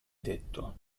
detto